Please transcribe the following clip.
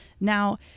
now